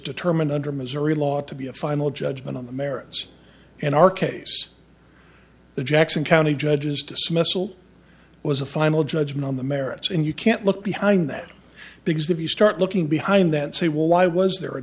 determined under missouri law to be a final judgment on the merits in our case the jackson county judges dismissal was a final judgment on the merits and you can't look behind that because if you start looking behind that say well why was there a